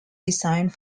designed